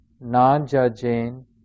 non-judging